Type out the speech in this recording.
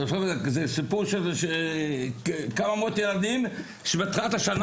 זה סיפור של כמה מאות ילדים שבתחילת השנה